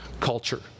culture